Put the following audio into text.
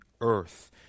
earth